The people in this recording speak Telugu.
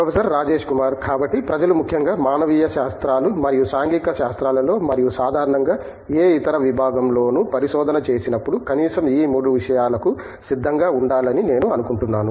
ఫెసర్ రాజేష్ కుమార్ కాబట్టి ప్రజలు ముఖ్యంగా మానవీయ శాస్త్రాలు మరియు సాంఘిక శాస్త్రాలలో మరియు సాధారణంగా ఏ ఇతర విభాగంలోనూ పరిశోధన చేసినప్పుడు కనీసం ఈ 3 విషయాలకు సిద్ధంగా ఉండాలి అని నేను అనుకుంటున్నాను